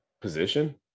Position